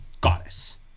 goddess